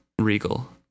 Regal